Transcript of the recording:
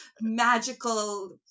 magical